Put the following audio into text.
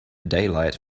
daylight